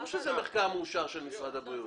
ברור שזה מחקר מאושר של משרד הבריאות.